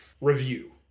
review